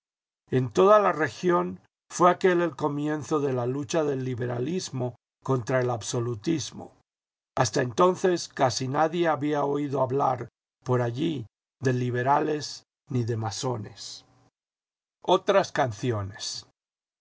en toda la región fué aquél el comienzo de la lucha del liberalismo contra el absolutismo hasta entonces casi nadie había oído hablar por allí de liberales ni de masones otras canciones